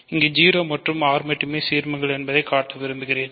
இங்கு 0 மற்றும் R மட்டுமே சீர்மங்கள் என்பதைக் காட்ட விரும்புகிறேன்